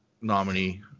nominee